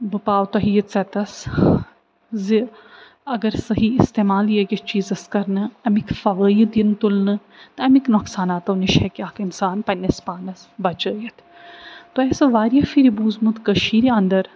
بہٕ پاوٕ تۄہہِ یہِ ژٮ۪تَس زِ اگر صحیح اِستعمال یہِ أکِس چیٖزَس کَرنہٕ اَمِکۍ فوٲیِد یِنۍ تُلنہٕ تہٕ اَمِکۍ نقصاناتَو نِش ہٮ۪کہِ اَکھ اِنسان پنٕنِس پانَس بچٲوِتھ تۄہہِ آسٮ۪و واریاہ پھِرِ بوٗزمُت کٔشیٖرِ اَنٛدَر